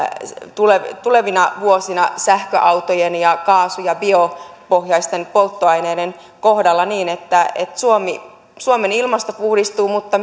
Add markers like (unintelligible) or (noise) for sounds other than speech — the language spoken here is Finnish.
tulevina tulevina vuosina sähköautojen ja kaasu ja biopohjaisten polttoaineiden kohdalla niin että että suomen ilmasto puhdistuu mutta (unintelligible)